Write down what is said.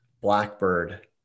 blackbird